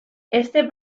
este